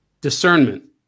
discernment